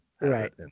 Right